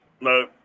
no